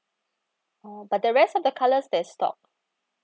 oh but the rest of the colours there's stock